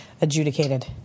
adjudicated